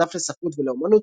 דף לספרות ולאמנות,